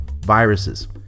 viruses